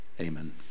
amen